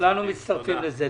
כולנו מצטרפים לזה.